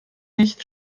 nicht